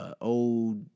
old